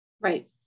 Right